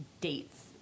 dates